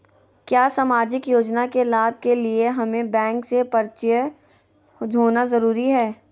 क्या सामाजिक योजना के लाभ के लिए हमें बैंक से परिचय होना जरूरी है?